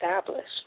established